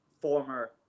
former